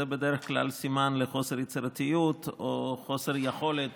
זה בדרך כלל סימן לחוסר יצירתיות או חוסר יכולת